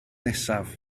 nesaf